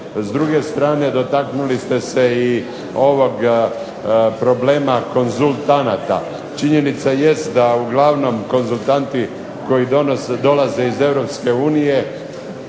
S druge strane dotaknuli ste se i ovog problema konzultanata. Činjenica jest da uglavnom konzultantni koji dolaze iz